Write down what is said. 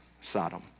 Sodom